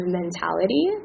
mentality